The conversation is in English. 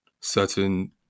certain